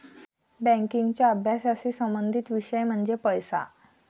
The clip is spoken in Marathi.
बँकिंगच्या अभ्यासाशी संबंधित विषय म्हणजे पैसा